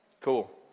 Cool